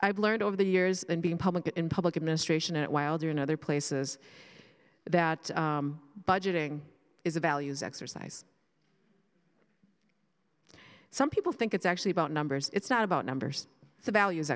i've learned over the years in being public in public administration at wilder and other places that budgeting is a values exercise some people think it's actually about numbers it's not about numbers the values